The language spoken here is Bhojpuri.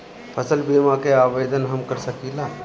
फसल बीमा के आवेदन हम कर सकिला?